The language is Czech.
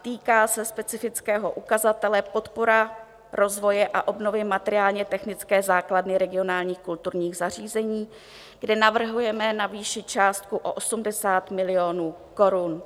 Týká se specifického ukazatele Podpora rozvoje a obnovy materiálnětechnické základny regionálních kulturních zařízení, kde navrhujeme navýšit částku o 80 milionů korun.